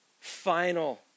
final